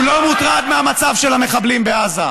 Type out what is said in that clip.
הוא לא מוטרד מהמצב של המחבלים בעזה,